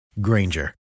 Granger